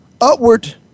upward